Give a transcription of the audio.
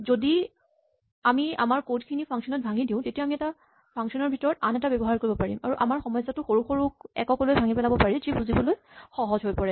আমি যদি আমাৰ কড খিনি ফাংচন ত ভাঙি দিওঁ তেতিয়া আমি এটা ফাংচন ৰ ভিতৰত আন এটা ব্যৱহাৰ কৰিব পাৰিম আৰু আমাৰ সমস্যাটো সৰু সৰু এককলৈ ভাঙি পেলাব পাৰি যি বুজিবলৈ সহজ হৈ পৰে